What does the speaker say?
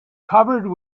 covered